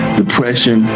depression